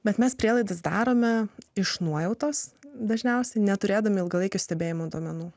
bet mes prielaidas darome iš nuojautos dažniausiai neturėdami ilgalaikio stebėjimo duomenų